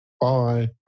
Bye